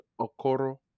Okoro